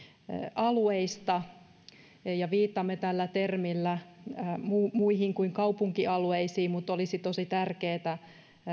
alueista ja viittaamme tällä termillä muihin muihin kuin kaupunkialueisiin mutta olisi tosi tärkeätä